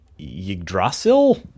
Yggdrasil